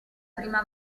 prima